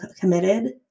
committed